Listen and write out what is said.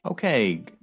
Okay